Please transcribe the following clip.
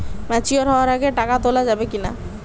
Mature হওয়ার আগে টাকা তোলা যাবে কিনা?